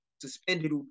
suspended